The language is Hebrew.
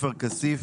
עופר כסיף,